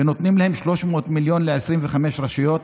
ונותנים 300 מיליון ל-25 רשויות.